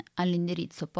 all'indirizzo